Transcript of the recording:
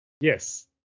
Yes